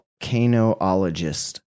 Volcanoologist